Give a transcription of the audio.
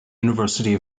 university